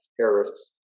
terrorists